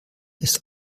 ist